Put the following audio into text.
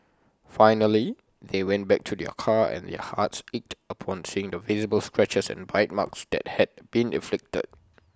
finally they went back to their car and their hearts ached upon seeing the visible scratches and bite marks that had been inflicted